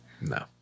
No